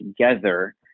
together